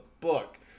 book